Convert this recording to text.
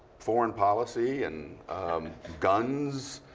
foreign policy and guns.